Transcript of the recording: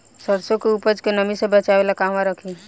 सरसों के उपज के नमी से बचावे ला कहवा रखी?